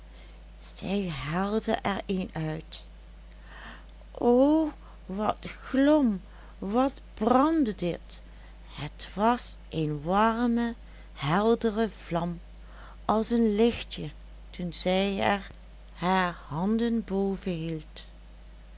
zij haalde er een uit o wat glom wat brandde dit het was een warme heldere vlam als een lichtje toen zij er haar handen